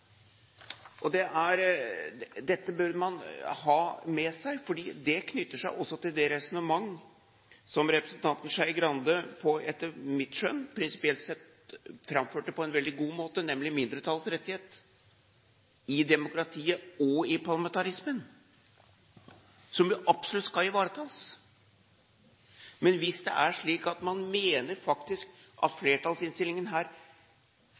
for mitt standpunkt. Dette burde man ha med seg, for det knytter seg også til det resonnement som representanten Skei Grande prinsipielt sett, etter mitt skjønn, framførte på en veldig god måte, nemlig mindretallsrettigheten i demokratiet og parlamentarismen, som jo absolutt skal ivaretas. Men hvis det er slik at man faktisk mener at flertallsinnstillingen her